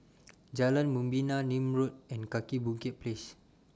Jalan Membina Nim Road and Kaki Bukit Place